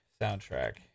soundtrack